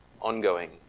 ongoing